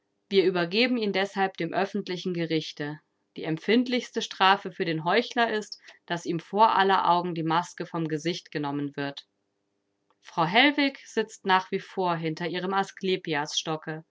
wir übergeben ihn deshalb dem öffentlichen gerichte die empfindlichste strafe für den heuchler ist daß ihm vor aller augen die maske vom gesicht genommen wird frau hellwig sitzt nach wie vor hinter ihrem